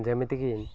ଯେମିତିକି